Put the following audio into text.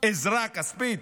עזרה כספית,